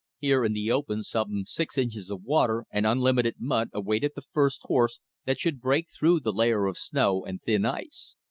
here in the open some six inches of water and unlimited mud awaited the first horse that should break through the layer of snow and thin ice.